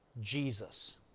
Jesus